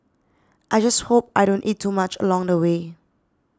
I just hope I don't eat too much along the way